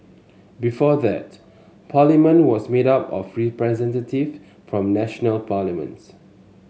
before that Parliament was made up of representatives from national parliaments